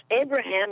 Abraham